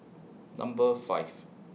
Number five